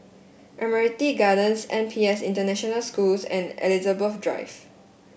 Admiralty Gardens N P S International Schools and Elizabeth Drive